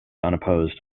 unopposed